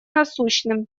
насущным